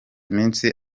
iminsi